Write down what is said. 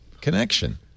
connection